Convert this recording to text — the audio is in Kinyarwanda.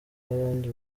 bandi